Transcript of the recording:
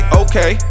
okay